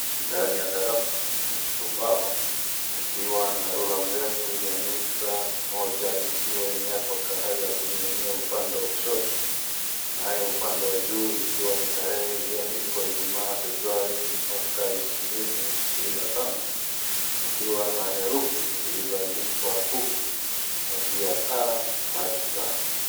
Ndani ya darasa katika ubao, pakiwa na rula mrefu ya mita moja ikiwa imewekwa kahari ya kuninginia kushoto nayo upande wa juu tarehe iliyoandikwa ijumaa feburuari mwaka ishirini ishirini na tano pakiwa na herufi zilizoandikwa kwa fupi kuanzia a mpka z.